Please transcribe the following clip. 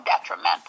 detrimental